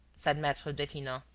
said maitre detinan.